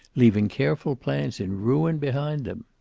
leaving careful plans in ruin behind them.